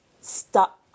Stop